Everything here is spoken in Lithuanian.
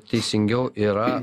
teisingiau yra